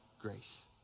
grace